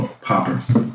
poppers